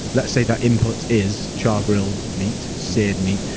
let's say that input is char-grilled meat, seared meat,